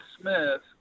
Smith